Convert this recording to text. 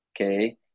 Okay